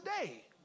today